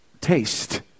taste